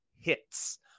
hits